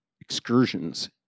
excursions